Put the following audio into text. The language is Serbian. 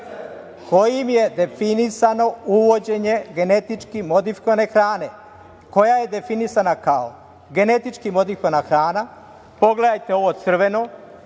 Hajde ga pročitaj.)… uvođenje genetički modifikovane hrane, koja je definisana kao genetički modifikovana hrana, pogledajte ovo crveno,